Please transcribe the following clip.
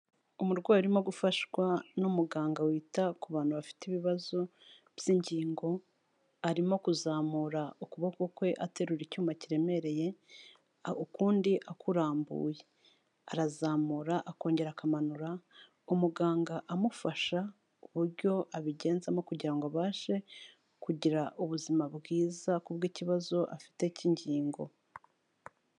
Umurwayi urimo gufashwa n'umuganga wita ku bantu bafite ibibazo by'ingingo, arimo kuzamura ukuboko kwe aterura icyuma kiremereye ukundi akurambuye, arazamura akongera akamanura umuganga amufasha uburyo abigenzamo kugira ngo abashe kugira ubuzima bwiza ku bw'ikibazo afite k'ingingo.